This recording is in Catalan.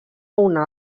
una